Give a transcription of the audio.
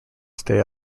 stay